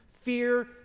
fear